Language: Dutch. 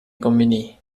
communie